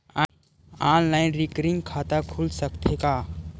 Online recurring खाता खुल सकथे का?